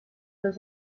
los